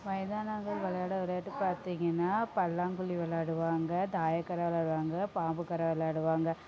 வயதானவர்கள் விளையாடும் விளையாட்டு பார்த்தீங்கன்னா பல்லாங்குழி விளையாடுவாங்க தாயக்கட்டை விளையாடுவாங்க பாம்புக்கட்டை விளையாடுவாங்க